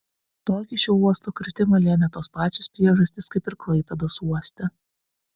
tokį šio uosto kritimą lėmė tos pačios priežastys kaip ir klaipėdos uoste